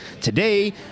today